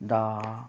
ਦਾ